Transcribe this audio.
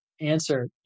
answer